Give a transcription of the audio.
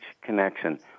connection